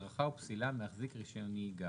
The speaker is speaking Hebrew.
הדרכה או פסילה מהחזיק רישיון נהיגה.